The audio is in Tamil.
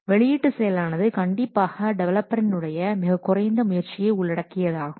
வெளியீட்டு செயலானது கண்டிப்பாக டெவலப்பரின் உடைய மிகக்குறைந்த முயற்சியை உள்ளடக்கியதாகும்